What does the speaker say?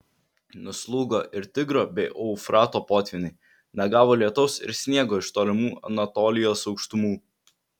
nuslūgo ir tigro bei eufrato potvyniai negavo lietaus ir sniego iš tolimų anatolijos aukštumų